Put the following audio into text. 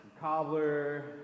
cobbler